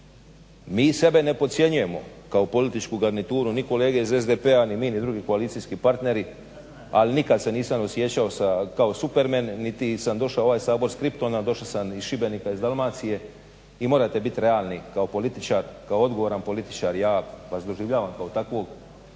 mi sebe ne podcjenjujemo kao političku garnituru ni kolege iz SDP-a ni mi ni drugi koalicijski partneri ali nikad se nisam osjećao kao supermen niti sam došao u ovaj Sabor s Kriptona, došao sam iz Šibenika, iz Dalmacije i morate biti realni kao političara, kao odgovoran političar, ja vas doživljavam kao takvog